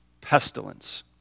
Pestilence